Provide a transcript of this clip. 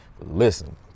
listen